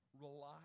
rely